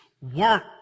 work